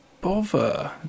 bother